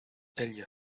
ella